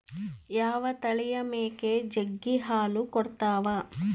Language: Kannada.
ಯಾವ ತಳಿಯ ಮೇಕೆ ಜಗ್ಗಿ ಹಾಲು ಕೊಡ್ತಾವ?